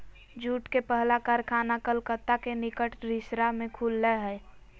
jute के पहला कारखाना कलकत्ता के निकट रिसरा में खुल लय हल